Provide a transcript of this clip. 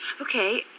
Okay